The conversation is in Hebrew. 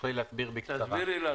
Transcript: תסבירי לנו